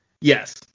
yes